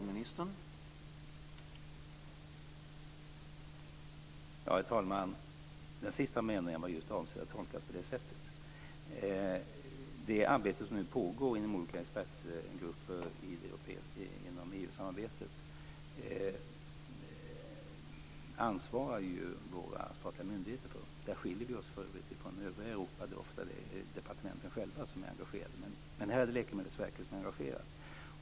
Herr talman! Den sista meningen var just avsedd att tolkas på det sättet. Det är våra statliga myndigheter som ansvarar för det arbete som nu pågår inom olika expertgrupper inom EU-samarbetet. Där skiljer sig Sverige för övrigt från övriga Europa, där det ofta är departementen själva som är engagerade. Men här är det Läkemedelsverket som är engagerat.